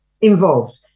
involved